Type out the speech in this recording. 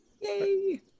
Yay